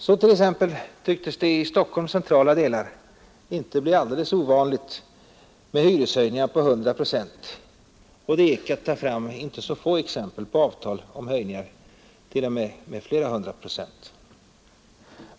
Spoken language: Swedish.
Så t.ex. syntes det i Stockholms centrala delar inte bli alldeles ovanligt med hyreshöjningar på 100 procent, och det gick att ta fram inte så få exempel på avtal om höjningar t.o.m. på flera hundra procent.